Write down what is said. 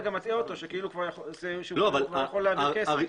אתה גם מטעה אותו כאילו הוא יכול להעביר כסף.